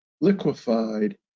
liquefied